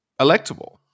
electable